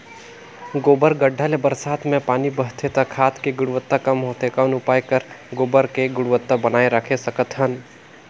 गोबर गढ्ढा ले बरसात मे पानी बहथे त खाद के गुणवत्ता कम होथे कौन उपाय कर गोबर खाद के गुणवत्ता बनाय राखे सकत हन?